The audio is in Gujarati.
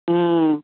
હમ્મ